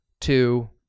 two